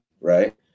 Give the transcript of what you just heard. right